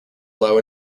allow